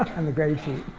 on the graded sheet.